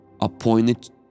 appointed